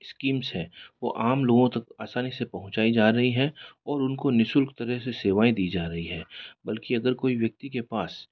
schemes हैं वो आम लोगों तक आसानी से पहुँचाई जा रही हैं और उनको नि शुल्क तरह से सेवाएँ दी जा रही हैं बल्कि अगर कोई व्यक्ति के पास